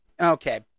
Okay